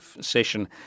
session